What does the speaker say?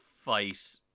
fight